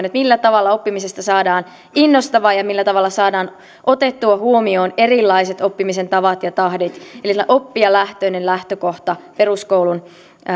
että millä tavalla oppimisesta saadaan innostavaa ja millä tavalla saadaan otettua huomioon erilaiset oppimisen tavat ja tahdit eli oppijalähtöinen lähtökohta peruskoulun